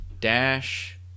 dash